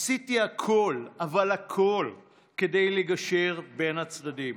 עשיתי הכול, אבל הכול, כדי לגשר בין הצדדים.